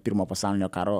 pirmo pasaulinio karo